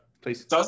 please